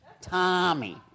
Tommy